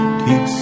keep